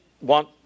want